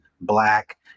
Black